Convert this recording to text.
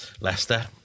Leicester